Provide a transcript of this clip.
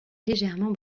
légèrement